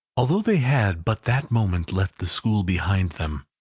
although they had but that moment left the school behind them,